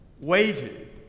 waited